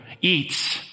eats